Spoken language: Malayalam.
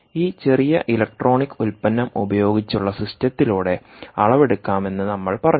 ഈ ചെറിയ ഇലക്ട്രോണിക് ഉൽപ്പന്നം ഉപയോഗിച്ചുളള സിസ്റ്റത്തിലൂടെ അളവെടുക്കാമെന്ന് നമ്മൾ പറഞ്ഞു